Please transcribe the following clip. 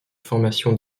formation